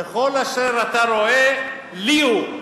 וכל אשר אתה רואה לי הוא.